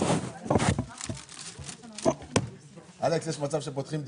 בשעה 10:10.